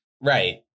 Right